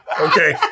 Okay